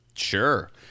sure